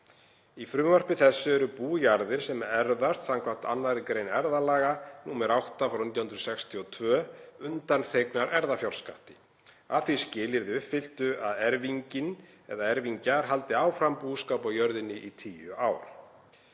Í frumvarpi þessu eru bújarðir sem erfast skv. 2. gr. erfðalaga, nr. 8/1962, undanþegnar erfðafjárskatti, að því skilyrði uppfylltu að erfinginn eða erfingjar haldi áfram búskap á jörðinni í 10 ár.